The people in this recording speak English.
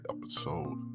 episode